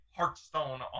Hearthstone